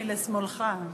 לשמאלך.